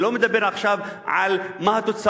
אני לא מדבר עכשיו על התוצאות,